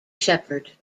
shepherd